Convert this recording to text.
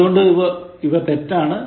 അതുകൊണ്ട് അവ തെറ്റാണ്